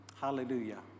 hallelujah